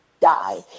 die